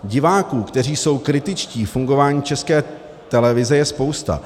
Diváků, kteří jsou kritičtí k fungování České televize, je spousta.